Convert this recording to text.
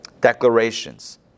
declarations